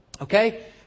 Okay